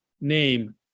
name